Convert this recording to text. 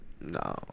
No